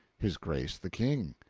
his grace the king!